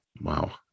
Wow